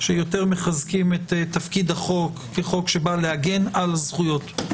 שהם יותר מחזקים את תפקיד החוק כחוק שבא להגן על זכויות.